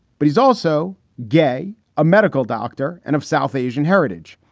but he's also gay, a medical doctor and of south asian heritage.